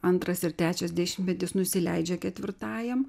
antras ir trečias dešimtmetis nusileidžia ketvirtajam